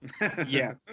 Yes